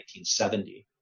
1970